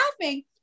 laughing